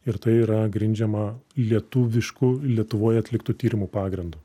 ir tai yra grindžiama lietuvišku lietuvoj atliktu tyrimo pagrindu